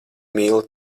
mīlu